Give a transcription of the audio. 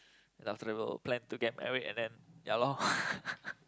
then after that we'll plan to get married and then ya lor